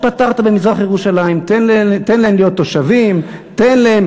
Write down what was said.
תן להם תושבות, תן להם